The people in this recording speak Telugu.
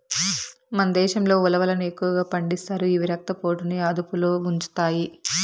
మన దేశంలో ఉలవలను ఎక్కువగా పండిస్తారు, ఇవి రక్త పోటుని అదుపులో ఉంచుతాయి